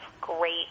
great